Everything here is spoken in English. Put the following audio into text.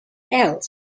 else